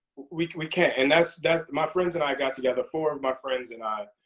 we we can't and that's that's my friends and i got together, four of my friends and i.